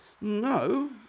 No